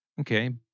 Okay